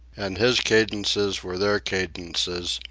and his cadences were their cadences,